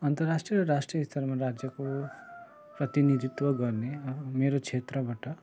अन्तराष्ट्रिय र राष्ट्रियस्तरमा राज्यको प्रतिनिधित्व गर्ने मेरो क्षेत्रबट